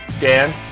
Dan